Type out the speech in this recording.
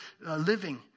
living